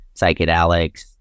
psychedelics